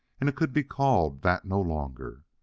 and it could be called that no longer.